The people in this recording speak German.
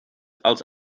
als